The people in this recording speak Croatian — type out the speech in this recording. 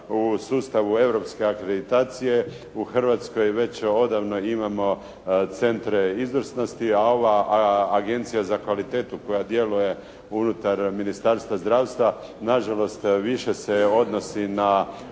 u sustavu europske akreditacije. U Hrvatskoj već odavno imamo centre izvrsnosti, a ova Agencija za kvalitetu koja djeluje unutar Ministarstva zdravstva nažalost više se odnosi na